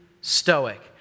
stoic